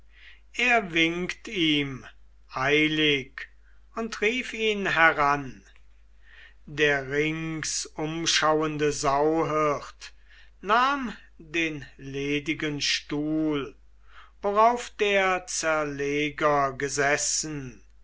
er winkt ihm eilig und rief ihn heran der ringsumschauende sauhirt nahm den ledigen stuhl worauf der zerleger gesessen